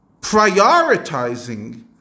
prioritizing